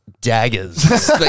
daggers